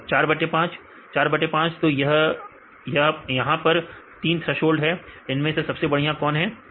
विद्यार्थी चार बटे 5 4 बटे 5 विद्यार्थी 4 बटे 5 4 बटे 5 तो यहां पर 3 थ्रेसोल्ड है इनमें से सबसे बढ़िया कौन सा है